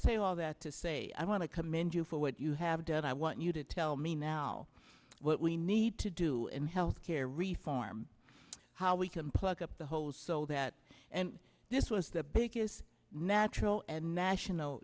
say all that to say i want to commend you for what you have done i want you to tell me now what we need to do in health care reform how we can pluck up the holes so that and this was the biggest natural and national